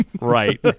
Right